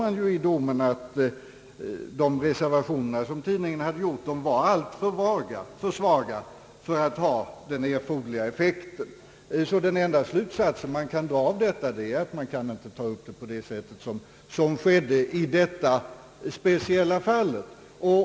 Det sades i domen att de reservationer tid ningen gjort var alltför svaga för att ha den erforderliga effekten. Den enda slutsats som kan dras av detta är att frågan inte kan tas upp på det sätt som skett i detta speciella fall.